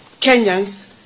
Kenyans